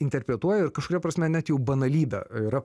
interpretuoja ir kažkuria prasme net jau banalybe yra